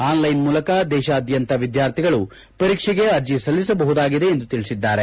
online ಮೂಲಕ ದೇಶಾದ್ಯಂತ ವಿದ್ಮಾರ್ಥಿಗಳು ಪರೀಕ್ಷೆಗೆ ಅರ್ಜಿ ಸಲ್ಲಿಸಬಹುದಾಗಿದೆ ಎಂದು ತಿಳಿಸಿದ್ದಾರೆ